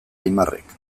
aimarrek